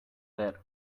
that